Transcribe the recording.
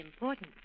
important